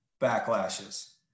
backlashes